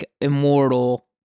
immortal